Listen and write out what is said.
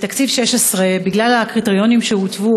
בגלל הקריטריונים שהוטבו,